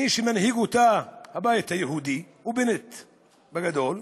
מי שמנהיג אותה, הבית היהודי ובנט הגדול.